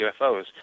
UFOs